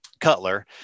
Cutler